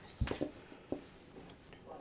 I assets